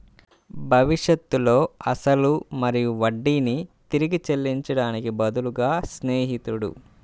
భవిష్యత్తులో అసలు మరియు వడ్డీని తిరిగి చెల్లించడానికి బదులుగా స్నేహితుడు